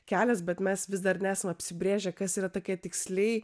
kelias bet mes vis dar nesame apsibrėžę kas yra tokia tiksliai